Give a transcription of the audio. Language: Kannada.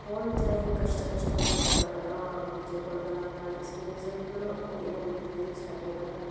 ತೋಲು ಜರಾ ಹಿಂಗೆ ಕಷ್ಟ ಕಷ್ಟ ಅನ್ಸತಿತ್ತು ಅವರೆಲ್ಲ ಟೀಚರ್ಗಳ್ದೆಲ್ಲ ಭಾಳ ಎಕ್ಸ್ಪೀರಿಯನ್ಸ್ರಿದ್ದರು ನನಗೇನೂ ಗೊತ್ತಿದ್ದಿಲ್ಲ ಸ್ಟಾರ್ಟಿಂಗ್ನಾಗ